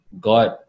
God